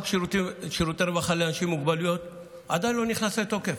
חוק שירותי רווחה לאנשים עם מוגבלויות עדיין לא נכנס לתוקף.